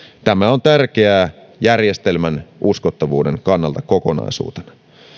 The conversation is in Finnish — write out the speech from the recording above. tämä on tärkeää järjestelmän uskottavuuden kannalta kokonaisuutena